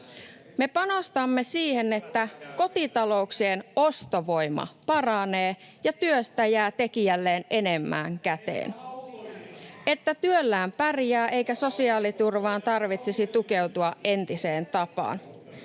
Me panostamme siihen, että kotitalouksien ostovoima paranee ja työstä jää tekijälleen enemmän käteen ja [Antti Kurvinen: Entä autoilijat!] että työllään pärjää, eikä sosiaaliturvaan tarvitsisi tukeutua entiseen tapaan.